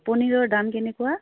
পনীৰৰ দাম কেনেকুৱা